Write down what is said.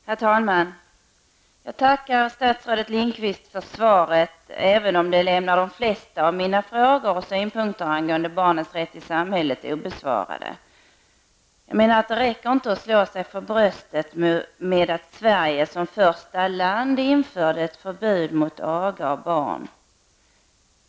Herr talman! Jag tackar statsrådet Lindqvist för svaret, även om det lämnar de flesta av mina frågor och synpunkter angående barnens rätt i samhället obesvarade. Det räcker inte att slå sig för bröstet med att Sverige som första land införde ett förbud mot aga av barn.